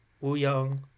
Woo-young